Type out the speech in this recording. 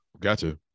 Gotcha